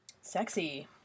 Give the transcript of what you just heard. Sexy